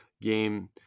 game